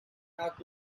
nath